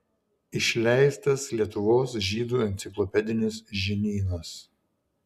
išleistas lietuvos žydų enciklopedinis žinynas